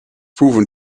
proven